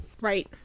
Right